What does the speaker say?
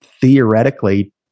theoretically